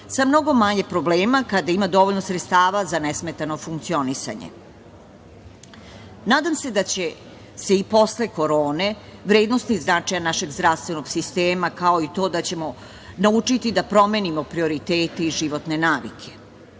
sa mnogo manje problema kada ima dovoljno sredstava za nesmetano funkcionisanje. Nadam se da će i posle korone vrednosti značaja našeg zdravstvenog sistema kao i to da ćemo naučiti da promenimo prioritete i životne navike.